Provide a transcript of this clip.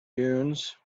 dunes